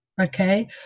Okay